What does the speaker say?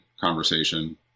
conversation